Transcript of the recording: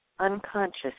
Unconscious